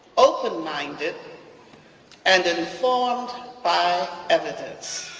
open-minded and informed by evidence.